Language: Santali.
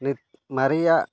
ᱱᱤᱛ ᱢᱟᱨᱮᱭᱟᱜ